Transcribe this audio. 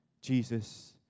Jesus